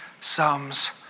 sums